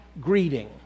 greeting